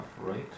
right